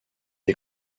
est